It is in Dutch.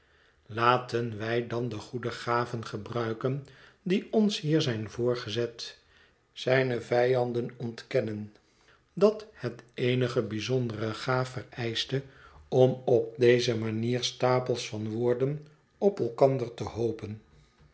laten wij dan de goede gaven gebruiken die ons hier zijn voorgezet zijne vijanden ontkenden dat het eenige bijzondere gaaf vereischte om op deze manier stapels van woorden op elkander te hoopen